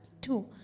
Two